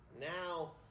Now